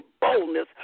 boldness